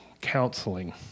counseling